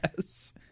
Yes